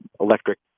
electric